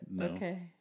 Okay